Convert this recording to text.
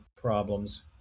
problems